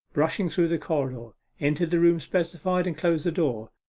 brushed through the corridor, entered the room specified, and closed the door.